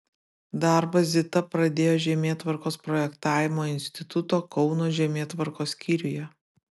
darbą zita pradėjo žemėtvarkos projektavimo instituto kauno žemėtvarkos skyriuje